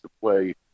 play